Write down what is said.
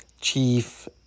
Chief